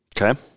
Okay